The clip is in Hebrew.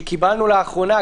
שקיבלנו לאחרונה,